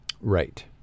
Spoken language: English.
Right